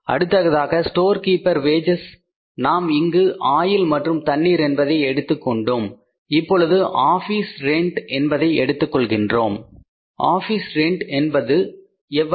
அடுத்ததாக store keeper wages நாம் இங்கு ஆயில் மற்றும் தண்ணீர் என்பதையும் எடுத்துக்கொண்டோம் இப்பொழுது ஆபீஸ் ரெண்ட் என்பதை எடுக்கின்றோம் ஆபீஸ் ரெண்ட் என்று எவ்வளவு